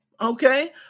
Okay